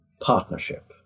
partnership